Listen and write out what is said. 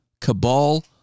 cabal